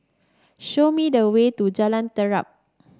show me the way to Jalan Terap